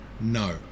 No